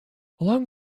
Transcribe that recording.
along